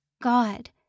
God